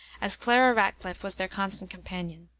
as clara ratcliffe was their constant companion.